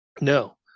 no